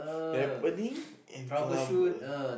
happening and trouble